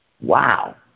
Wow